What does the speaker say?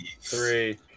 three